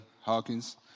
Hawkins